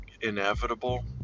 inevitable